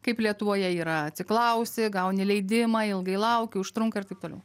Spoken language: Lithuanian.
kaip lietuvoje yra atsiklausi gauni leidimą ilgai lauki užtrunka ir taip toliau